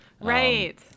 Right